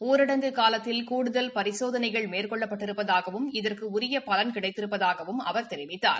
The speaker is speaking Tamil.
ஊரடங்கு காலத்தில் கூடுதல் பரிசோதனைகள் மேற்கொள்ளப் பட்டிருப்பதாகவும் இதற்கு உரிய பலன் கிடைத்திருப்பதாகவும் அவர் தெரிவித்தார்